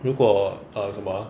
如果 err 什么 uh